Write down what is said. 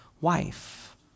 wife